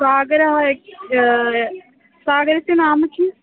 सागरं सागरस्य नाम किं